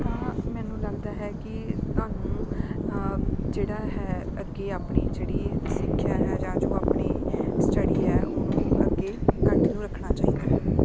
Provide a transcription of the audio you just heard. ਤਾਂ ਮੈਨੂੰ ਲੱਗਦਾ ਹੈ ਕਿ ਤੁਹਾਨੂੰ ਜਿਹੜਾ ਹੈ ਅੱਗੇ ਆਪਣੀ ਜਿਹੜੀ ਸਿੱਖਿਆ ਹੈ ਜਾਂ ਜੋ ਆਪਣੀ ਸਟੱਡੀ ਹੈ ਉਹਨੂੰ ਅੱਗੇ ਕੰਟੀਨਿਊ ਰੱਖਣਾ ਚਾਹੀਦਾ